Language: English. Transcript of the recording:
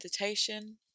meditation